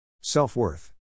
Self-worth